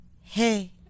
hey